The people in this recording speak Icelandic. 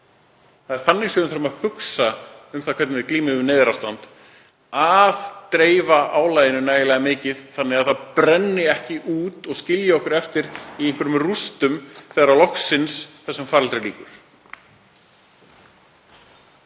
þannig sem við þurfum að hugsa um það hvernig við glímum við neyðarástand, að dreifa álaginu nægilega mikið þannig að það brenni ekki út og skilji okkur eftir í einhverjum rústum þegar þessum faraldri loksins